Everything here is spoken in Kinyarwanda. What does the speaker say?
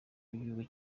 w’igihugu